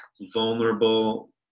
vulnerable